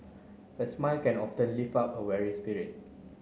a smile can often lift up a weary spirit